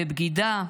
בבגידה,